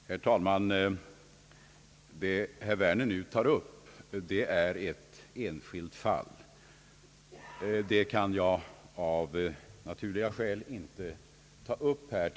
Herr talman! Herr Werner har tagit upp ett enskilt fall, som jag av naturliga skäl inte kan diskutera.